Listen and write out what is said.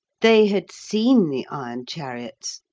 they had seen the iron chariots,